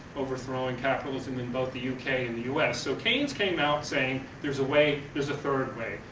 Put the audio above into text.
overthrowing capitalism in both the u k. and the u s. so keynes came out saying there's a way, there's a third way.